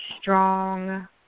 strong